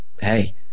hey